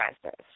process